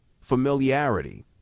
Familiarity